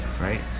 Right